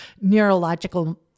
neurological